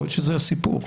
יכול להיות שזה הסיפור.